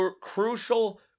crucial